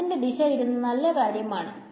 അതിന്റെ ദിശ ഇരുന്നു നല്ല കാര്യം ആണ്